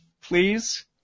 please